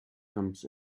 comes